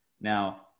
Now